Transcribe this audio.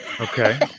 Okay